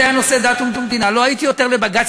נושא דת ומדינה לא הייתי עותר לבג"ץ.